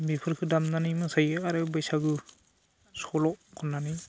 बेफोरखो दामनानै मोसायो आरो बैसागु सल' खननानै